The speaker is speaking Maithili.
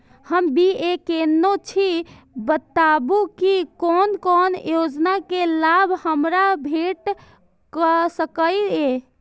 हम बी.ए केनै छी बताबु की कोन कोन योजना के लाभ हमरा भेट सकै ये?